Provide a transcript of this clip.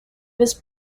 his